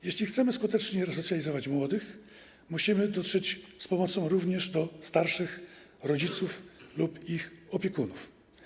Jeśli chcemy skutecznie resocjalizować młodych, musimy dotrzeć z pomocą również do starszych: rodziców lub opiekunów.